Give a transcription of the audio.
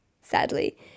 sadly